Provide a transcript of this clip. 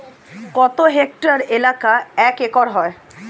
কত হেক্টর এলাকা এক একর হয়?